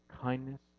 Kindness